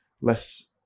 less